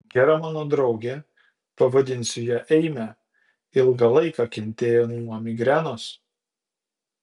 gera mano draugė pavadinsiu ją eime ilgą laiką kentėjo nuo migrenos